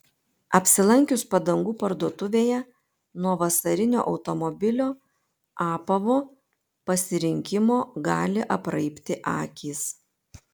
apsilankius padangų parduotuvėje nuo vasarinio automobilio apavo pasirinkimo gali apraibti akys